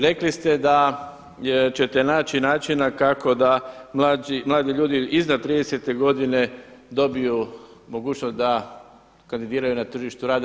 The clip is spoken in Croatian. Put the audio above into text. Rekli ste da ćete naći načina kako da mladi ljudi iznad 30. godine dobiju mogućnost da kandidiraju na tržištu rada.